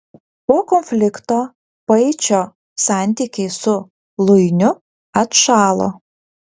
po konflikto paičio santykiai su luiniu atšalo